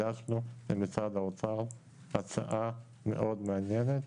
הגשנו למשרד האוצר הצעה מאוד מעניינת.